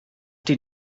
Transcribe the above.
die